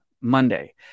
Monday